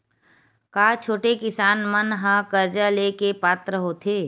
का छोटे किसान मन हा कर्जा ले के पात्र होथे?